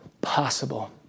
possible